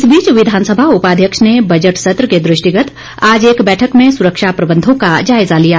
इस बीच विधानसभा उपाध्यक्ष ने बजट सत्र के दृष्टिगत आज एक बैठक में सुरक्षा प्रबंधों का जायजा लिया